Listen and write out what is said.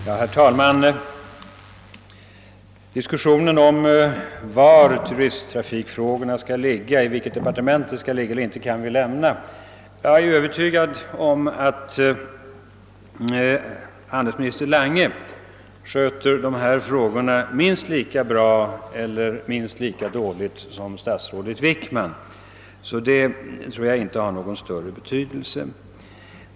Herr talman! Diskussionen om i vilket departement turistfrågorna skall höra hemma kan vi lämna. Jag är övertygad om att handelsminister Lange sköter dessa frågor minst lika bra eller minst lika dåligt som statsrådet Wickman. Den frågan tror jag därför inte har någon större betydelse.